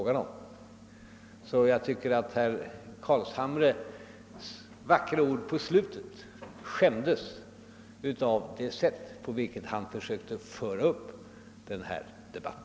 Jag tycker därför att herr Carlshamres vackra ord på slutet skämdes av det sätt på vilket han försökte att blåsa upp denna debatt.